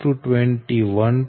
8 21